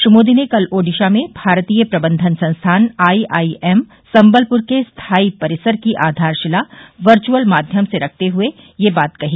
श्रीमोदी ने कल ओडिशा में भारतीय प्रबंधन संस्थान आईआईएम संबलपुर के स्थायी परिसर की आधारशिला वर्यअल माध्यम से रखते हुए यह बात कही